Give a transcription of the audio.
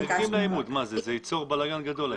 האימות הזה ייצור בלגן גדול.